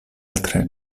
altre